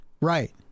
right